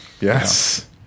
Yes